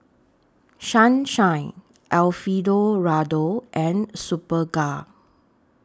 Sunshine Alfio Raldo and Superga